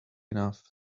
enough